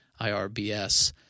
IRBS